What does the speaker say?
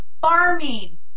farming